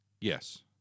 Yes